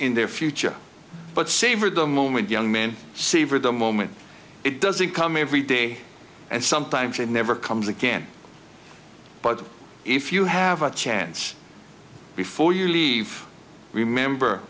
in their future but savor the moment young man savor the moment it doesn't come every day and sometimes it never comes again but if you have a chance before you leave remember